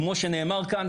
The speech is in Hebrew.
כמו שנאמר כאן.